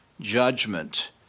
judgment